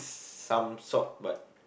some sort but